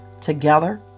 together